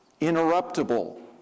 interruptible